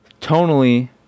tonally